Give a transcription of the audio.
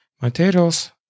Materials